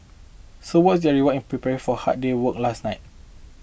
so what's your reward in prepare for hard day work last night